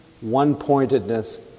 one-pointedness